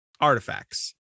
artifacts